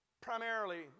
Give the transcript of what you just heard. primarily